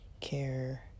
care